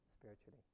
spiritually